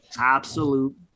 absolute